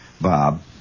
Bob